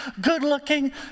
good-looking